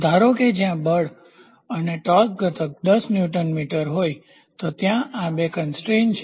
ધારો કે જો ત્યાં બળ અને ટોર્ક ઘટક 10 ન્યુટન મીટર હોય તો ત્યાં આ બે કન્સ્ટ્રેઇન છે